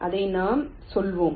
இதை நாம் சொல்வோம்